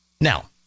Now